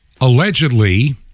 allegedly